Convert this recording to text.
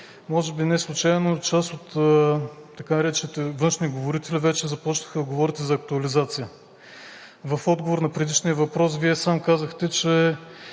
Може би неслучайно част от така наречените външни говорители вече започнаха да говорят и за актуализация. В отговор на предишния въпрос Вие сам казахте, че